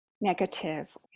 negative